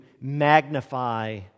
magnify